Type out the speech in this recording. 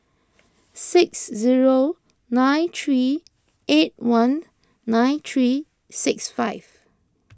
six zero nine three eight one nine three six five